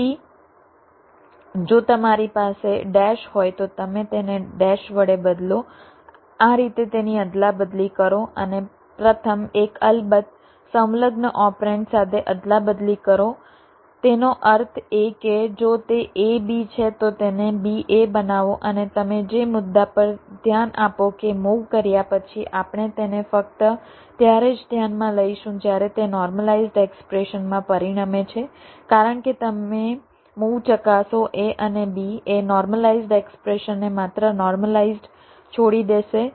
તેથી જો તમારી પાસે ડેશ હોય તો તમે તેને ડેશ વડે બદલો આ રીતે તેની અદલાબદલી કરો અને પ્રથમ એક અલબત્ત સંલગ્ન ઓપરેન્ડ સાથે અદલાબદલી કરો તેનો અર્થ એ કે જો તે ab છે તો તેને ba બનાવો અને તમે જે મુદ્દા પર ધ્યાન આપો કે મૂવ કર્યા પછી આપણે તેને ફક્ત ત્યારે જ ધ્યાનમાં લઈશું જ્યારે તે નોર્મલાઇઝ્ડ એક્સપ્રેશનમાં પરિણમે છે કારણ કે તમે મૂવ ચકાસો a અને b એ નોર્મલાઇઝ્ડ એક્સપ્રેશનને માત્ર નોર્મલાઇઝ્ડ છોડી દેશે